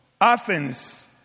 Athens